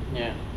ya